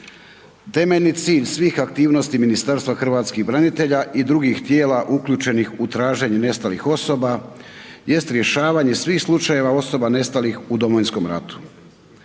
Temeljni cilj svih aktivnosti Ministarstva hrvatskih branitelja i drugih tijela uključenih u traženje nestalih osoba jest rješavanje svih slučajeva osoba nestalih u Domovinskom ratu